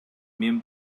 мен